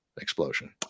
explosion